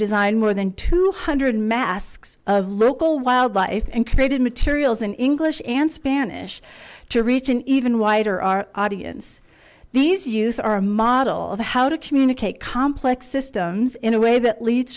design more than two hundred masks of local wildlife and created materials in english and spanish to reach an even wider our audience these use our model of how to communicate complex systems in a way that leads